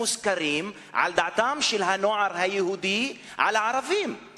סקרים על דעתו של הנוער היהודי על הערבים,